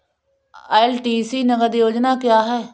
LTC नगद योजना क्या है?